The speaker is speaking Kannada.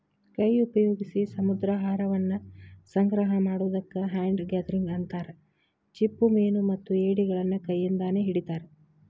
ಕೈ ಉಪಯೋಗ್ಸಿ ಸಮುದ್ರಾಹಾರವನ್ನ ಸಂಗ್ರಹ ಮಾಡೋದಕ್ಕ ಹ್ಯಾಂಡ್ ಗ್ಯಾದರಿಂಗ್ ಅಂತಾರ, ಚಿಪ್ಪುಮೇನುಮತ್ತ ಏಡಿಗಳನ್ನ ಕೈಯಿಂದಾನ ಹಿಡಿತಾರ